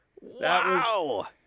Wow